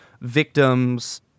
victims